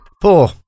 Four